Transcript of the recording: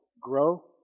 grow